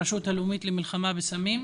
מהרשות הלאומית למלחמה בסמים?